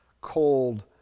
cold